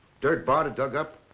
dirt bard had dug up?